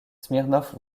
smirnov